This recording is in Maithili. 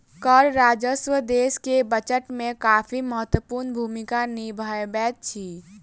कर राजस्व देश के बजट में काफी महत्वपूर्ण भूमिका निभबैत अछि